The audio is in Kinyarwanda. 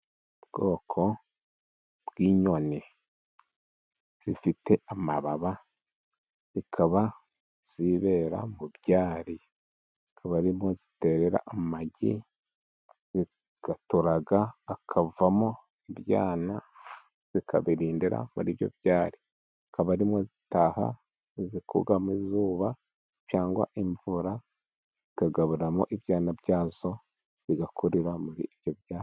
Ubwoko bw'inyoni zifite amababa, zikaba zibera mu byari. Zikaba ari mo ziterera amagi, zikayaturaga akavamo ibyana, zikabirindira muri ibyo byari. Zikaba ari mo zitaha, zikugama izuba cyangwa imvura, zikagaburiramo ibyana bya zo, bigakurira muri ibyo byari.